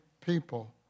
people